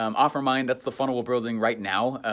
um offermind, that's the funnel we're building right now.